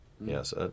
yes